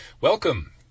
welcome